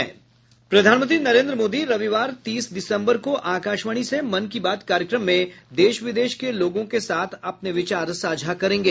प्रधानमंत्री नरेन्द्र मोदी रविवार तीस दिसम्बर को आकाशवाणी से मन की बात कार्यक्रम में देश विदेश के लोगों के साथ अपने विचार साझा करेंगे